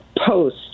post